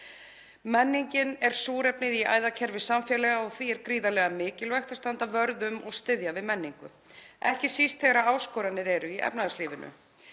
Menningin er súrefnið í æðakerfi samfélaga og því er gríðarlega mikilvægt að standa vörð um og styðja við menningu, ekki síst þegar áskoranir eru í efnahagslífinu.